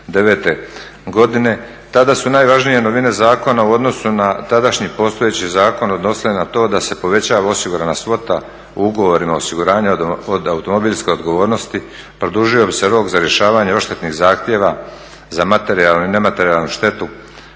Tada su se najvažnije novine zakona u odnosu na tadašnji postojeći zakon odnosile na to da se poveća osigurana svota u ugovorima osiguranja od automobilske odgovornosti, produžio bi se rok za rješavanje odštetnih zahtjeva za materijalnu i nematerijalnu štetu